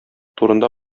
турында